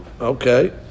Okay